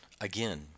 Again